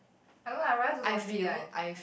I don't know I rather do laundry than I